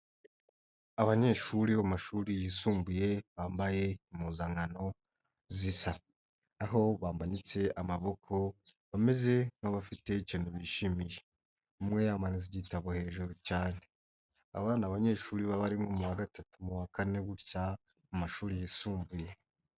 Abanyeshuri bo mashuri yisumbuye bambaye impuzankano zisa. Aho bamanitse amaboko, bameze nk'abafite ikintu bishimiye, umwe yamanitse igitabo hejuru cyane. Aba ni abanyeshuri baba bari mu wa gatatu mu wa kane gutya mu mashuri yisumbuye.